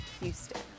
Houston